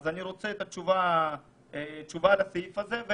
אני רוצה תשובה לסעיף הזה.